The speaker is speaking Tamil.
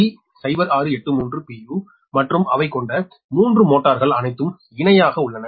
u மற்றும் அவை கொண்ட மூன்று மோட்டார்கள் அனைத்தும் இணையாக உள்ளன